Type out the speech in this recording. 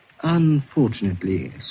Unfortunately